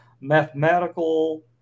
mathematical